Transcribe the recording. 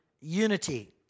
unity